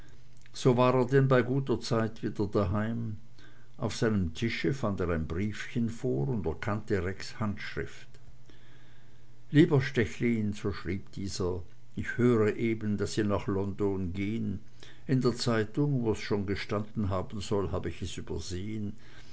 so war er denn bei guter zeit wieder daheim auf seinem tische fand er ein briefchen vor und erkannte rex handschrift lieber stechlin so schrieb dieser ich höre eben daß sie nach london gehn in der zeitung wo's schon gestanden haben soll hab ich es übersehn